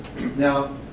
Now